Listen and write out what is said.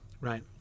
right